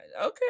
Okay